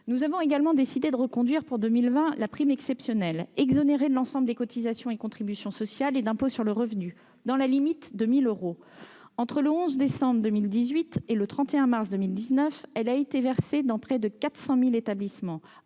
Nous avons également décidé de reconduire pour 2020 la prime exceptionnelle exonérée de cotisations sociales et d'impôt sur le revenu, dans la limite de 1 000 euros. Entre le 11 décembre 2018 et le 31 mars 2019, elle a été versée dans près de 400 000 établissements